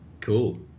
Cool